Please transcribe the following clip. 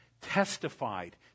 testified